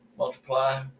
Multiply